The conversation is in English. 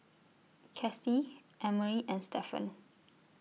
Kasie Emery and Stevan